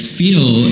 feel